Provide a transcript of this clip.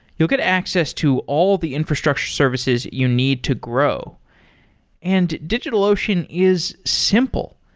you'll get access to all the infrastructure services you need to grow and digitalocean is simple.